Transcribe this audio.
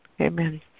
Amen